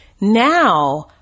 now